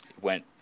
went